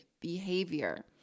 behavior